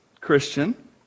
Christian